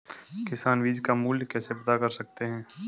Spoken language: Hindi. किसान बीज का मूल्य कैसे पता कर सकते हैं?